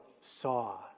saw